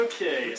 Okay